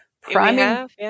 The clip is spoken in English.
priming